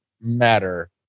matter